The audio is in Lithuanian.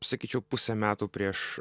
sakyčiau pusę metų prieš